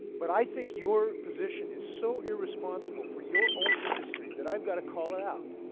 but i think your position is so irresponsible for your own industry that i have got to call it out.